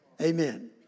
Amen